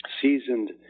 seasoned